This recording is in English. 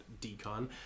decon